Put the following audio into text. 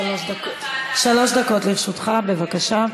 שלוש דקות לרשותך, בבקשה.